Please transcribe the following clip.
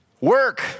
Work